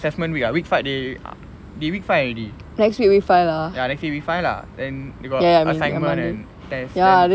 like assessment week they week five already ya next week week five lah then they got assignment and test